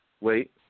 wait